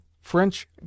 French